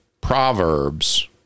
Proverbs